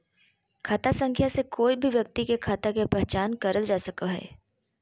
खाता संख्या से कोय भी व्यक्ति के खाता के पहचान करल जा सको हय